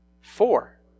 Four